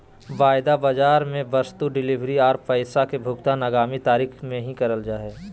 वायदा बाजार मे वस्तु डिलीवरी आर पैसा के भुगतान आगामी तारीख के ही करल जा हय